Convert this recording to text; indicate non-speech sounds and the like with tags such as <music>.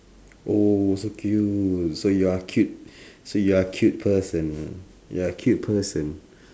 oh so cute so you are cute <breath> so you are cute person !huh! you are cute person <breath>